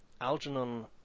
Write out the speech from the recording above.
Algernon